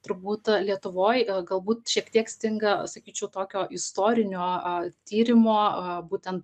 turbūt lietuvoj galbūt šiek tiek stinga sakyčiau tokio istorinio tyrimo būtent